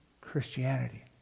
Christianity